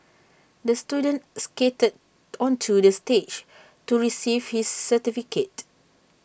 the student skated onto the stage to receive his certificate